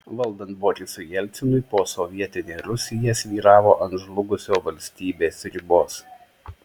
valdant borisui jelcinui posovietinė rusija svyravo ant žlugusio valstybės ribos